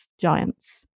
giants